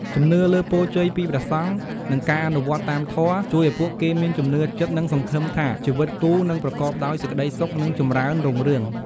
ជំនឿលើពរជ័យពីព្រះសង្ឃ និងការអនុវត្តតាមធម៌ ជួយឱ្យពួកគេមានជំនឿចិត្ត និងសង្ឃឹមថាជីវិតគូនឹងប្រកបដោយសេចក្តីសុខ និងចម្រើនរុងរឿង។